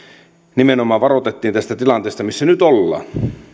nimenomaan varoitettiin tästä tilanteesta missä nyt ollaan